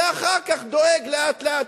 ואחר כך דואג לאט-לאט,